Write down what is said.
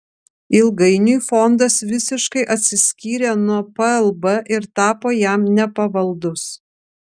ilgainiui fondas visiškai atsiskyrė nuo plb ir tapo jam nepavaldus